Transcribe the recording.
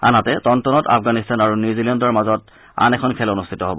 আনহাতে টনটনত আফগানিস্তান আৰু নিউজিলেণ্ডৰ মাজত আন এখন খেল অনুষ্ঠিত হব